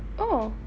oh